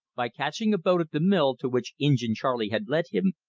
by catching a boat at the mill to which injin charley had led him,